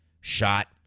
shot